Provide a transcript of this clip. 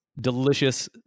delicious